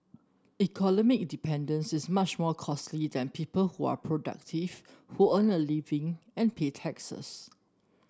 economic dependence is much more costly than people who are productive who earn a living and pay taxes